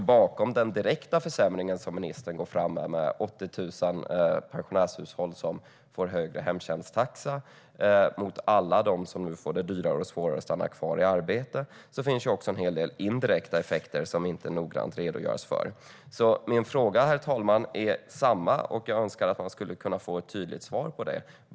Utöver de direkta försämringarna som ministern går fram med, att 80 000 pensionärshushåll får högre hemtjänsttaxa och att det för många blir dyrare och svårare att stanna kvar i arbete, finns en hel del indirekta effekter som det inte redogörs noggrant för. Herr talman! Min fråga till ministern är densamma, och jag önskar få ett tydligt svar på den.